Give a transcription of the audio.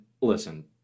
listen